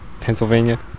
Pennsylvania